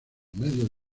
medio